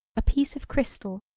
a piece of crystal.